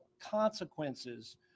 consequences